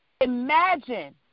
Imagine